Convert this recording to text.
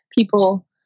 people